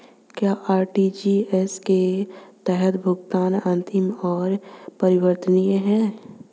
क्या आर.टी.जी.एस के तहत भुगतान अंतिम और अपरिवर्तनीय है?